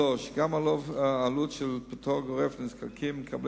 3. גם העלות של פטור גורף לנזקקים מקבלי